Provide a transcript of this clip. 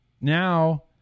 Now